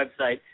website